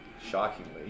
shockingly